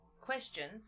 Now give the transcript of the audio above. question